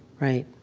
right?